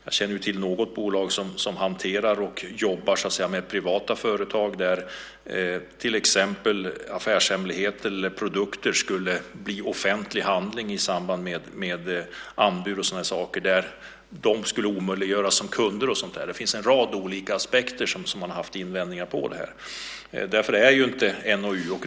Jag känner till något bolag som hanterar och jobbar med privata företag där till exempel affärshemligheter eller uppgifter om produkter skulle bli offentlig handling i samband med anbud och så vidare. De skulle omöjliggöras som kunder. Det har funnits en rad olika aspekter och invändningar i fråga om detta.